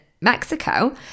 Mexico